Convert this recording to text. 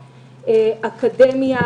אקדמיה,